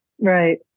Right